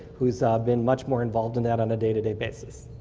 who has ah been much more involved in that on a day-to-day basis.